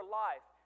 life